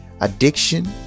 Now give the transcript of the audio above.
addiction